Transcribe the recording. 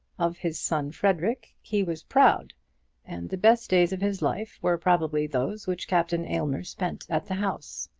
of his son frederic he was proud and the best days of his life were probably those which captain aylmer spent at the house.